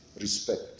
respect